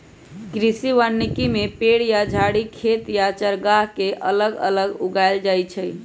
कृषि वानिकी में पेड़ या झाड़ी खेत या चारागाह के अगल बगल उगाएल जाई छई